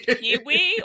Kiwi